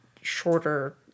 shorter